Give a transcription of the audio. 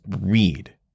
read